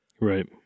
Right